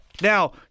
Now